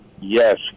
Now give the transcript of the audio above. Yes